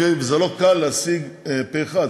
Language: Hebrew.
וזה לא קל להשיג פה-אחד.